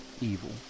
evil